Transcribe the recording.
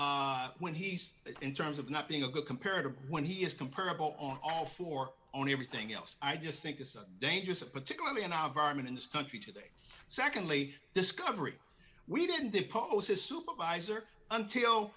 when he's in terms of not being a good compared to when he is comparable on all four on everything else i just think is a dangerous and particularly in our vironment in this country today secondly discovery we didn't depose his supervisor